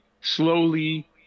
slowly